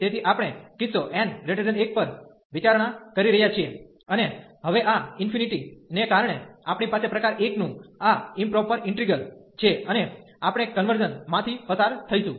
તેથી આપણે કિસ્સો n 1 પર વિચારણા કરી રહ્યા છીએ અને હવે આ ઇન્ફિનિટી ને કારણે આપણી પાસે પ્રકાર 1 નું આ ઈમપ્રોપર ઈન્ટિગ્રલ છે અને આપણે કન્વર્ઝન માંથી પસાર થઈશું